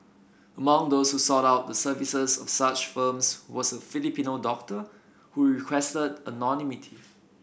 among those who sought out the services of such firms was a Filipino doctor who requested anonymity